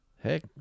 Heck